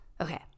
okay